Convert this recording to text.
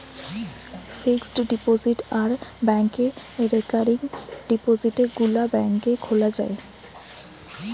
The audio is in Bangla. ফিক্সড ডিপোজিট আর ব্যাংকে রেকারিং ডিপোজিটে গুলা ব্যাংকে খোলা যায়